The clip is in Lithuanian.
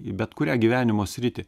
į bet kurią gyvenimo sritį